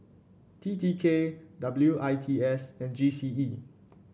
T T K W I T S and G C E